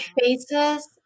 faces